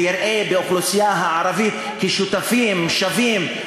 ויראה באוכלוסייה הערבית שותפים שווים,